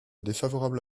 défavorable